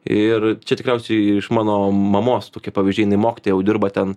ir čia tikriausiai iš mano mamos tokie pavyzdžiai jinai mokytoja jau dirba ten